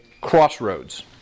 crossroads